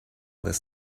this